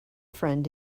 friend